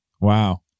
Wow